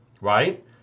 Right